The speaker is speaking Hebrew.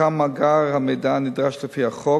הוקם מאגר המידע הנדרש לפי החוק,